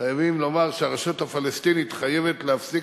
חייבים לומר שהרשות הפלסטינית חייבת להפסיק